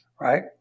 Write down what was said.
right